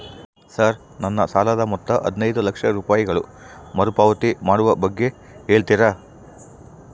Sir ನನ್ನ ಸಾಲದ ಮೊತ್ತ ಹದಿನೈದು ಲಕ್ಷ ರೂಪಾಯಿಗಳು ಮರುಪಾವತಿ ಮಾಡುವ ಬಗ್ಗೆ ಹೇಳ್ತೇರಾ?